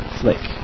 flick